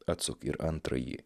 atsuk ir antrąjį